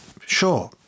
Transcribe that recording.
sure